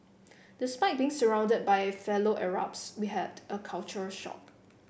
despite being surrounded by fellow Arabs we had a culture shock